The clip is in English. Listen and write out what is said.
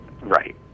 Right